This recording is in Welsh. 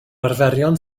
arferion